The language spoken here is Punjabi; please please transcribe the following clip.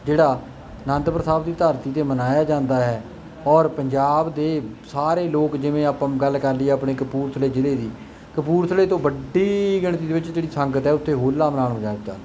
ਜਿਹੜਾ ਆਨੰਦਪੁਰ ਸਾਹਿਬ ਦੀ ਧਰਤੀ 'ਤੇ ਮਨਾਇਆ ਜਾਂਦਾ ਹੈ ਔਰ ਪੰਜਾਬ ਦੇ ਸਾਰੇ ਲੋਕ ਜਿਵੇਂ ਆਪਾਂ ਗੱਲ ਕਰ ਲਈਏ ਆਪਣੇ ਕਪੂਰਥਲੇ ਜ਼ਿਲ੍ਹੇ ਦੀ ਕਪੂਰਥਲੇ ਤੋਂ ਵੱਡੀ ਗਿਣਤੀ ਦੇ ਵਿੱਚ ਜਿਹੜੀ ਸੰਗਤ ਹੈ ਉੱਥੇ ਹੋਲਾ ਮਨਾਉਣ ਉਹ ਜਾਂਦੀ ਹੈ